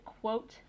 quote